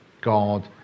God